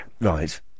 Right